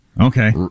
Okay